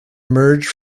emerge